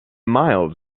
miles